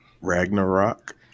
Ragnarok